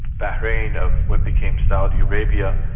bahrain, of what became saudi arabia,